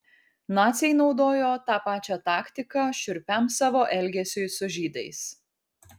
naciai naudojo tą pačią taktiką šiurpiam savo elgesiui su žydais